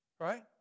Right